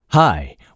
Hi